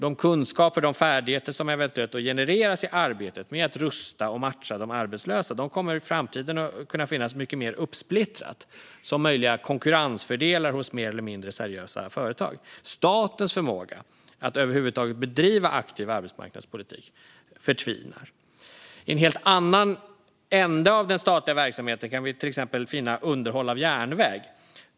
De kunskaper och färdigheter som eventuellt genereras i arbetet med att rusta och matcha de arbetslösa kommer i framtiden att kunna finnas mycket mer uppsplittrat som möjliga konkurrensfördelar hos mer eller mindre seriösa företag. Statens förmåga att över huvud taget bedriva aktiv arbetsmarknadspolitik förtvinar. I en helt annan ände av den statliga verksamheten kan vi till exempel finna underhåll av järnväg.